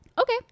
Okay